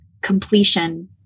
completion